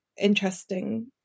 interesting